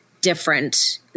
different